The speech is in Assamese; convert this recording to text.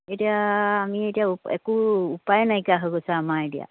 এতিয়া আমি এতিয়া উ একো উপায় নাইকীয়া হৈ গৈছে আমাৰ এতিয়া